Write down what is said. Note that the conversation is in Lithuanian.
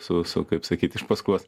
su su kaip sakyt iš paskos